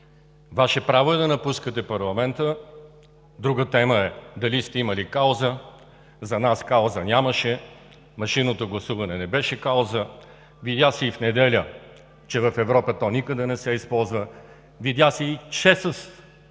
Ваше право е да напускате парламента, друга тема е дали сте имали кауза. За нас кауза нямаше. Машинното гласуване не беше кауза. Видя се и в неделя, че в Европа то никъде не се използва. Видя се и, че с